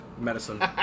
Medicine